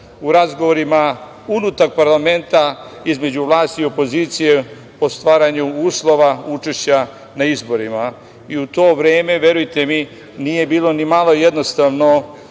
u razgovorima unutar parlamenta između vlasti i opozicije o stvaranju uslova učešća na izborima. U to vreme, verujte mi, nije bilo ni malo jednostavno,